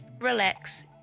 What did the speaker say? relax